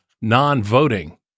non-voting